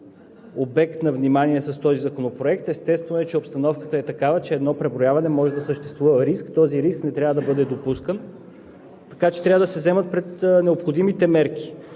обект на внимание с този законопроект. Естествено, че обстановката е такава, че при едно преброяване може да съществува риск. Този риск не трябва да бъде допускан, така че трябва да се вземат необходимите мерки.